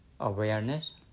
awareness